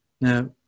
Now